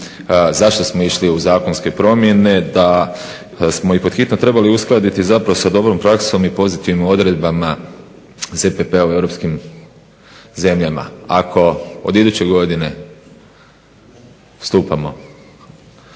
zašto smo išli u zakonske promjene da smo i pod hitno trebali uskladiti zapravo sa dobrom praksom i pozitivnim odredbama … /Govornik se ne razumije./… u europskim zemljama. Ako od iduće godine stupamo